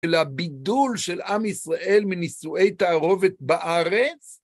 ולבידול של עם ישראל מנישואי תערובת בארץ.